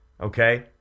Okay